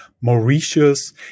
Mauritius